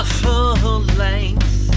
full-length